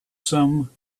some